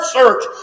search